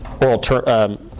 oral